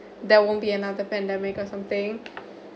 there won't be another pandemic or something